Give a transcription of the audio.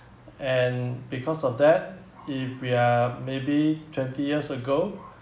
and because of that if we are maybe twenty years ago